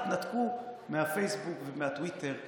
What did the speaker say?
תתנתקו מהפייסבוק ומהטוויטר ומהמסרים,